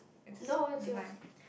it's just it's mine